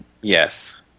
Yes